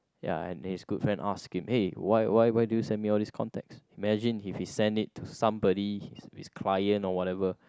ya and his good friend ask him eh why why why do you send me all this contacts imagine if he send it to somebody his client or whatever